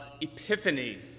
Epiphany